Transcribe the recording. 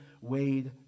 weighed